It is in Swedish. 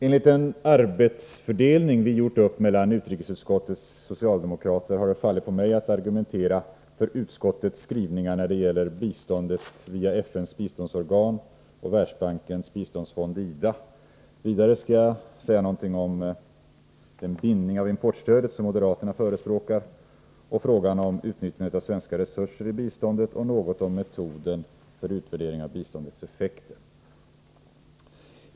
Enligt den arbetsfördelning vi gjort mellan utrikesutskottets socialdemokrater har det fallit på mig att argumentera för utskottets skrivningar när det gäller biståndet via FN:s biståndsorgan och Världsbankens biståndsfond IDA. Vidare skall jag säga något om den bindning av importstödet som moderaterna förespråkar och frågan om utnyttjandet av svenska resurser i biståndet samt något om metoden för utvärdering av biståndets effekter.